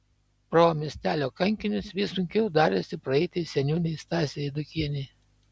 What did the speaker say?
pro miestelio kankinius vis sunkiau darėsi praeiti seniūnei stasei eidukienei